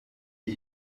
wie